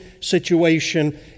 situation